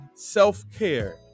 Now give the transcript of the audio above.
self-care